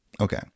Okay